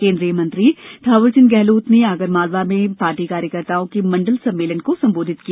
केन्द्रीय मंत्री थांवरचंद गेहलोत ने आगरमालवा में पार्टी कार्यकर्ताओं के मंडल सम्मेलन को संबोधित किया